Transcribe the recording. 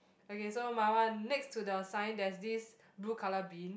okay so my one next to the sign there is this blue colour bin